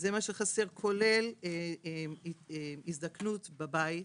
כולל הזדקנות בבית,